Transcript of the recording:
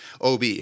OB